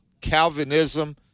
Calvinism